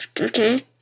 okay